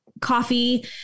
coffee